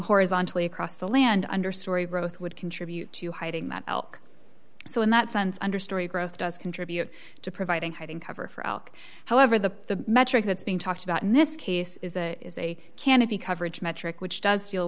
horizontally across the land understory growth would contribute to hiding that elk so in that sense understory growth does contribute to providing hiding cover for elk however the metric that's being talked about in this case is a canopy coverage metric which does deal